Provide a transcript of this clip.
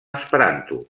esperanto